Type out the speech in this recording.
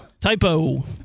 Typo